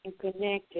connected